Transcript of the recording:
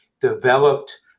developed